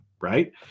right